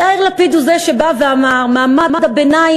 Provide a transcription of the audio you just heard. יאיר לפיד הוא זה שבא ואמר: מעמד הביניים,